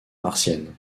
martienne